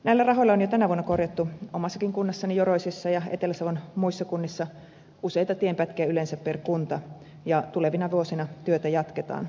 näillä rahoilla on jo tänä vuonna korjattu omassakin kunnassani joroisissa ja etelä savon muissa kunnissa yleensä useita tienpätkiä per kunta ja tulevina vuosina työtä jatketaan